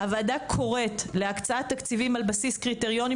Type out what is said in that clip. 4. הוועדה קוראת להקצאת תקציבים על בסיס קריטריונים